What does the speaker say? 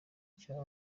cyo